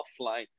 offline